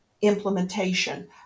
implementation